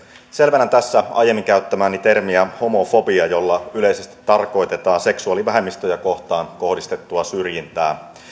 selvennän tässä aiemmin käyttämääni termiä homofobia jolla yleisesti tarkoitetaan seksuaalivähemmistöjä kohtaan kohdistettua syrjintää